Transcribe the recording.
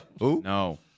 No